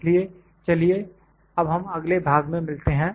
इसलिए चलिए अब हम अगले भाग में मिलते हैं